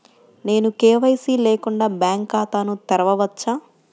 నేను కే.వై.సి లేకుండా బ్యాంక్ ఖాతాను తెరవవచ్చా?